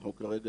אנחנו כרגע,